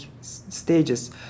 stages